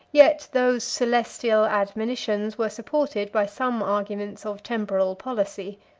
yet those celestial admonitions were supported by some arguments of temporal policy.